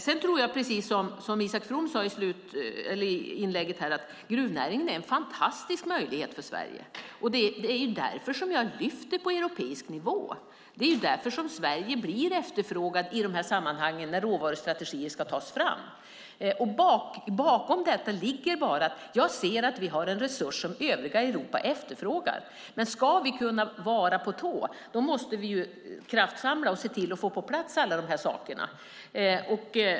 Sedan tror jag, precis som Isak From sade i sitt inlägg, att gruvnäringen är en fantastisk möjlighet för Sverige. Det är därför som jag lyfter fram den på europeisk nivå. Det är därför som Sverige blir efterfrågat i de sammanhang där råvarustrategier ska tas fram. Bakom det ligger bara att jag ser att vi har en resurs som övriga Europa efterfrågar. Men ska vi kunna vara på tå måste vi kraftsamla och se till att få alla dessa saker på plats.